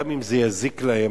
גם אם זה יזיק להם,